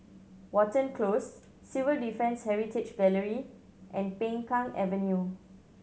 Watten Close Civil Defence Heritage Gallery and Peng Kang Avenue